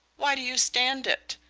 why do you stand it?